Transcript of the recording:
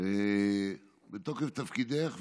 בתוקף תפקידך,